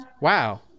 wow